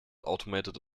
automated